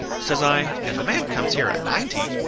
says i, if a man comes here at ninety,